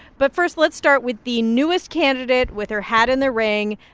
but first, let's start with the newest candidate with her hat in the ring,